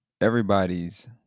everybody's